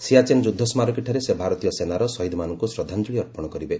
ସିଆଚେନ୍ ଯୁଦ୍ଧ ସ୍କାରକୀଠାରେ ସେ ଭାରତୀୟ ସେନାର ଶହୀଦ୍ମାନଙ୍କୁ ଶ୍ରଦ୍ଧାଞ୍ଚଳି ଅର୍ପଣ କରିବେ